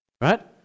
right